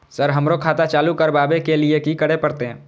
Sir हमरो खाता चालू करबाबे के ली ये की करें परते?